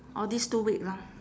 orh these two week lah